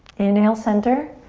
inhale center,